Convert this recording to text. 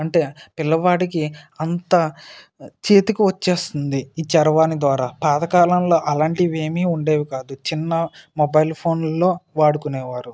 అంటే పిల్లవాడికి అంత చేతికి వస్తుంది ఈ చరవాణి ద్వారా పాతకాలంలో అలాంటివి ఏమీ ఉండేవి కాదు చిన్న మొబైల్ ఫోన్లో వాడుకునేవారు